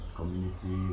Community